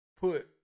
put